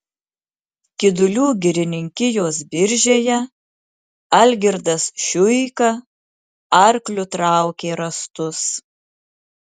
kidulių girininkijos biržėje algirdas šiuika arkliu traukė rąstus